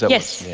yes,